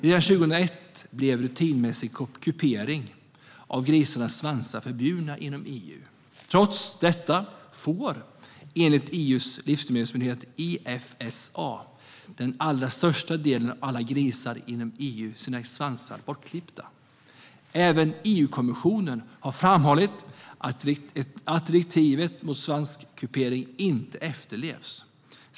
Redan 2001 blev rutinmässig kupering av grisarnas svansar förbjuden inom EU. Trots detta får enligt EU:s livsmedelsmyndighet Efsa den allra största delen av alla grisar inom EU sina svansar bortklippta. Även EU-kommissionen har framhållit att direktivet mot svanskupering inte efterlevs.